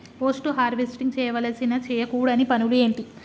Post harvesting చేయవలసిన చేయకూడని పనులు ఏంటి?